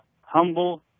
Humble